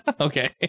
Okay